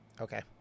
Okay